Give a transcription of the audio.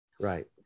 right